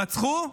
רצחו,